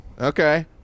Okay